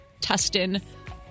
Tustin